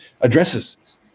addresses